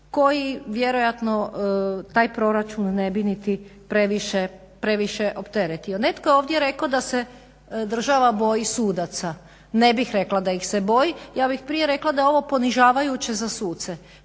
koji vjerojatno taj proračun ne bi niti previše opteretio. Netko je ovdje rekao da se država boji sudaca. Ne bih rekla da ih se boji. Ja bih prije rekla da je ovo ponižavajuće za suce.